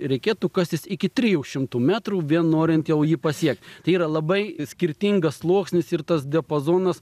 reikėtų kastis iki trijų šimtų metrų vien norint jau jį pasiekt tai yra labai skirtingas sluoksnis ir tas diapazonas